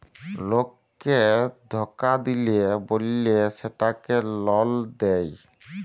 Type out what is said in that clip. লককে ধকা দিল্যে বল্যে সেটকে লল দেঁয়